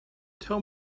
tell